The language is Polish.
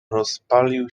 rozpalił